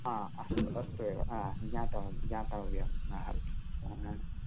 हा अस्तु अस्तु एव हा ज्ञातवान् ज्ञातव्य हा